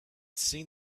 seen